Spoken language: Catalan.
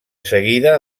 seguida